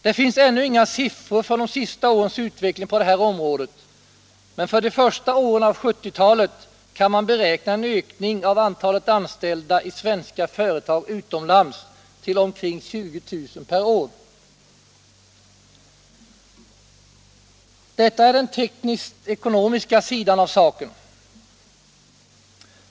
Det finns ännu inga siffror för de senaste årens utveckling på det här området, men för de första åren av 1970-talet kan man beräkna ökningen av antalet anställda i svenska företag utomlands till omkring 20000 per år. Detta är den tekniskt-ekonomiska sidan av saken.